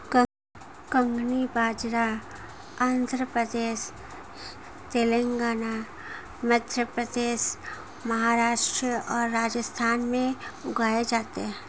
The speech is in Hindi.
कंगनी बाजरा आंध्र प्रदेश, तेलंगाना, मध्य प्रदेश, महाराष्ट्र और राजस्थान में उगाया जाता है